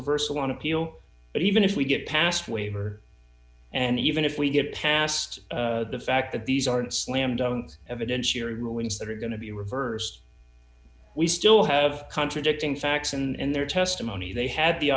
reversal on appeal but even if we get past waiver and even if we get past the fact that these aren't slam dunk evidentiary rulings that are going to be reversed we still have contradicting facts and in their testimony they had the